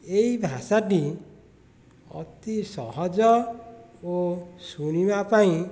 ଏହି ଭାଷାଟି ଅତି ସହଜ ଓ ଶୁଣିବା ପାଇଁ